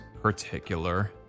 particular